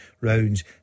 rounds